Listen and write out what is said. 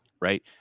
right